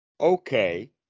Okay